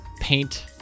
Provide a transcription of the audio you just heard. paint